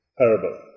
parable